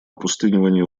опустынивание